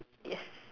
yes